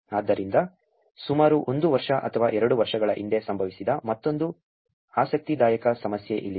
ಆದ್ದರಿಂದ ಸುಮಾರು ಒಂದು ವರ್ಷ ಅಥವಾ ಎರಡು ವರ್ಷಗಳ ಹಿಂದೆ ಸಂಭವಿಸಿದ ಮತ್ತೊಂದು ಆಸಕ್ತಿದಾಯಕ ಸಮಸ್ಯೆ ಇಲ್ಲಿದೆ